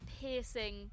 piercing